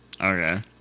Okay